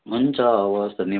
हुन्छ हवस् धन्यवाद